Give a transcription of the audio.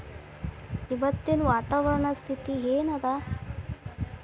ಇವತ್ತಿನ ವಾತಾವರಣ ಸ್ಥಿತಿ ಏನ್ ಅದ?